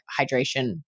hydration